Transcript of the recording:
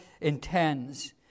intends